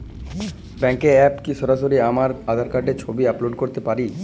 ব্যাংকের অ্যাপ এ কি সরাসরি আমার আঁধার কার্ডের ছবি আপলোড করতে পারি?